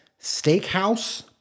steakhouse